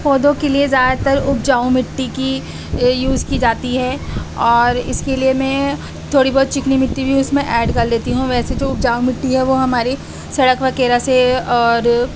پودوں کے لیے زیادہ تر اپجاؤ مٹی کی یوز کی جاتی ہے اور اس کے لیے میں تھوڑی بہت چکنی مٹی بھی اس میں ایڈ کر لیتی ہوں ویسے تو اپجاؤ مٹی ہے وہ ہماری سڑک وغیرہ سے اور